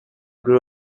grew